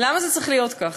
למה זה צריך להיות כך?